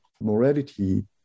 Morality